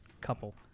couple